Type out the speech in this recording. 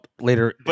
later